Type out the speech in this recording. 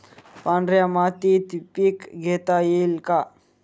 पांढऱ्या मातीत पीक घेता येईल का?